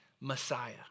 Messiah